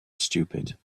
stupid